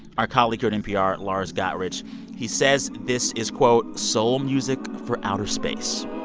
our colleague here at npr lars gotrich he says this is, quote, soul music for outer space.